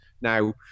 Now